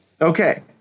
Okay